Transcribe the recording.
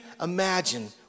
imagine